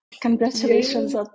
Congratulations